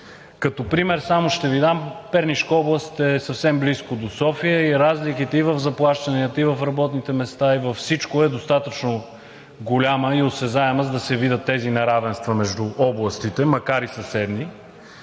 Като пример ще Ви дам Пернишка област. Тя е съвсем близо до София и разликите и в заплащанията, и в работните места, и във всичко е достатъчно голяма и осезаема, за да се видят тези неравенства между областите, макар и съседни.